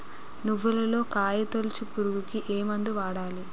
నువ్వులలో కాయ తోలుచు పురుగుకి ఏ మందు వాడాలి?